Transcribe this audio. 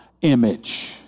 image